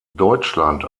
deutschland